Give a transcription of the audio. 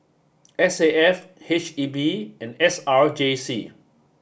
S A F H E B and S R J C